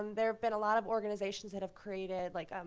um there've been a lot of organizations that have created, like um